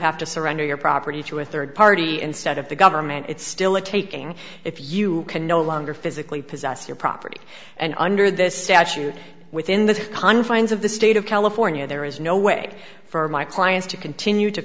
have to surrender your property to a third party instead of the government it's still a taking if you can no longer physically possess your property and under this statute within the confines of the state of california there is no way for my clients to continue to